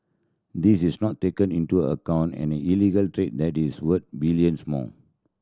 this is not taken into account an illegal trade that is worth billions more